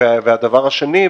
דבר שני,